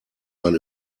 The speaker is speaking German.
man